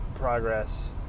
progress